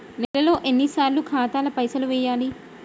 నెలలో ఎన్నిసార్లు ఖాతాల పైసలు వెయ్యాలి?